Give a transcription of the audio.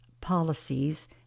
policies